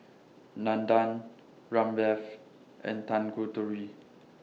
Nandan Ramdev and Tanguturi